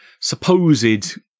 supposed